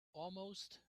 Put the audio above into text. almost